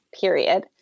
Period